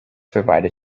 provided